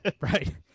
Right